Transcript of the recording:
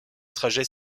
trajets